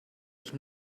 ich